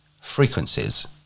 frequencies